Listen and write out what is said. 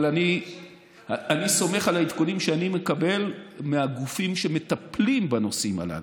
אבל אני סומך על העדכונים שאני מקבל מהגופים שמטפלים בנושאים הללו.